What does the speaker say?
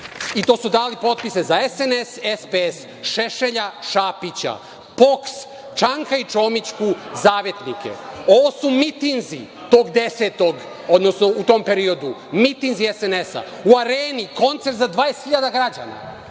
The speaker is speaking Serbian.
i to su dali potpise za SNS, SPS, Šešelja, Šapića, POKS, Čanka i Čomiću, Zavetnike. Ovo su mitinzi tog 10, odnosno u tom periodu, mitinzi SNS-a. U „Areni“ koncert za 20.000 građana.